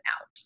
out